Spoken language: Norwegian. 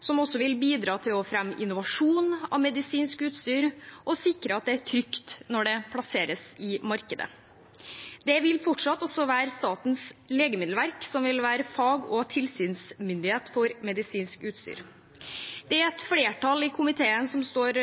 som også vil bidra til å fremme innovasjon av medisinsk utstyr og sikre at det er trygt når det plasseres i markedet. Det vil fortsatt være Statens legemiddelverk som vil være fag- og tilsynsmyndighet for medisinsk utstyr. Det er et flertall i komiteen som står